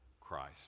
Christ